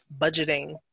budgeting